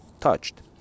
touched